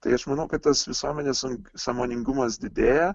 tai aš manau kad tas visuomenės sąmoningumas didėja